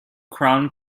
crown